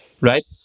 right